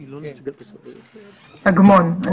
אגמון.